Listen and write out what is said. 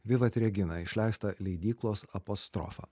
vivat regina išleistą leidyklos apostrofa